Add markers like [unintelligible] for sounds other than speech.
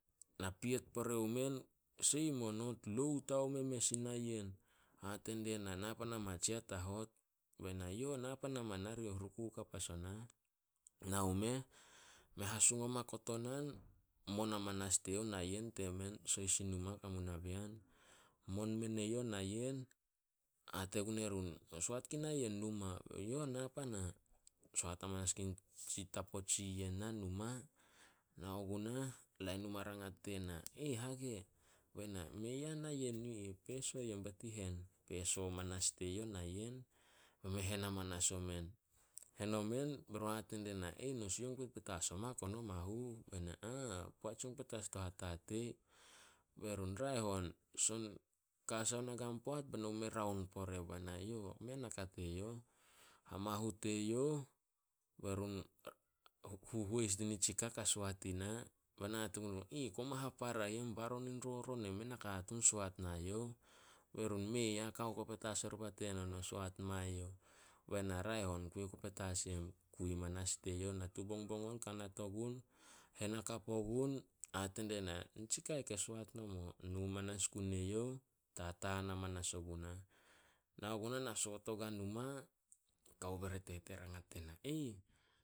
Na piet pore omen, seim onot, loud haome mes ina yen. Hate die na, "Na pan ama tsiah ta hot." Be na, "Yo na pan ama, narioh ruku kap as onah." Nao meh, me hasoung oma kotonan [noise] mon amanas die youh nayen temen sohis in numa ka mu na bean. Mon men eyouh nayen, hate gun erun, "Na soat gun nayen numa." "Yo na pana." Soat amanas gun [hesitation] tapo tsi yen na numa, nao gunah, lain numa rangat die na, [unintelligible] "Hage?" Be na, "Mei ah na yen yure." Peso yem be nit i hen. Peso amanas die youh na yen, be men hen amanas omen. Hen omen, be run hate die na, [unintelligible] "No sioung poit petas oma kono mahu?" Be na, [unintelligible] "Poat soung petas to hatatei." Be run, "Raeh on, son ka sai na kan poat be no mume raon pore." Be na, "Yo raeh on mei naka teyouh." Hamahu teyouh, be run [hesitation] huhois di nitsika ka soat i na. Be na hate gun erun, [unintelligible] "Koma hapara yem baron in roron [unintelligible] mei a nakatuun soat nae youh." Be run, "Mei ah, kao ku petas oriba teno, no soat mae youh." Be na, "Raeh on kui oku petas yem." Kui manas die youh. Natu bongbong on, kanat ogun, hen hakap ogun, hate die na, "Nitsi ka ih ke soat nomo." Nu manas gun eyuoh, tataan amanas ogunah. Nao gunah na soot ogua numa, kawo bere tete rangat die na, [unintelligible]